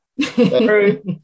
True